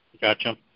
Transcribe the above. Gotcha